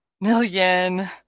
million